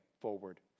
forward